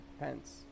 Pence